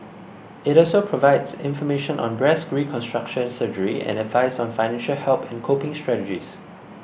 it also provides information on breast reconstruction surgery and advice on financial help and coping strategies